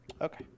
okay